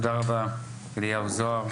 תודה רבה אליהו זוהר.